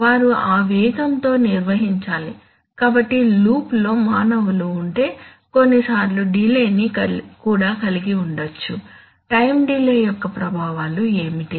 వారు ఆ వేగంతో నిర్వహించాలి కాబట్టి లూప్లో మానవులు ఉంటే కొన్నిసార్లు డిలేని కూడా కలిగించవచ్చు టైం డిలే యొక్క ప్రభావాలు ఏమిటి